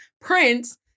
prince